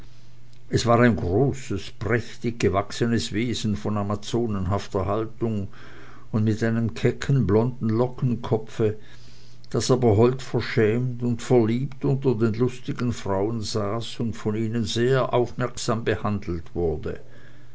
es war ein großes prächtig gewachsenes wesen von amazonenhafter haltung und mit einem kecken blonden lockenkopfe das aber hold verschämt und verliebt unter den lustigen frauen saß und von ihnen sehr aufmerksam behandelt wurde